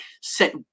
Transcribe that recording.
Set